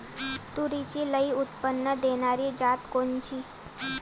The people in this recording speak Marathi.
तूरीची लई उत्पन्न देणारी जात कोनची?